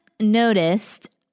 noticed